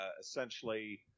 essentially